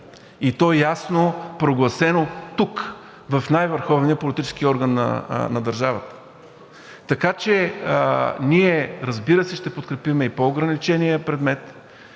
и то ясно прогласено тук, в най-върховния политически орган на държавата. Така че ние, разбира се, ще подкрепим и по-ограничения предмет,